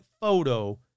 photo